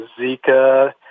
Zika